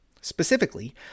Specifically